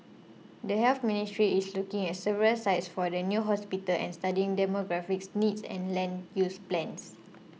the Health Ministry is looking at several sites for the new hospital and studying demographic needs and land use plans